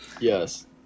Yes